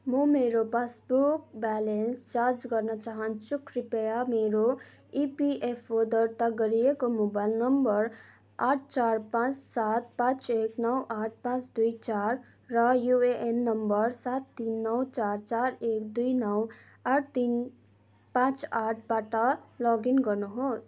म मेरो passbook balance जाँच गर्न चाहन्छु कृपया मेरो इपिएफओ दर्ता गरिएको मोबाइल नम्बर आठ चार पाँच सात पाँच एक नौ आठ पाँच दुई चार र युएएन नम्बर सात तिन नौ चार चार एक दुई नौ आठ तिन पाँच आठबाट लगइन गर्नुहोस्